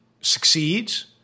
succeeds